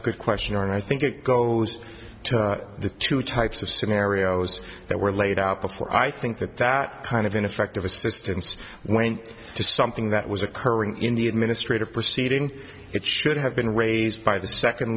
a good question and i think it goes to the two types of scenarios that were laid out before i think that that kind of ineffective assistance went to something that was occurring in the administrative proceeding it should have been raised by the second